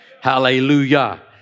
hallelujah